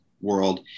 world